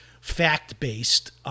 fact-based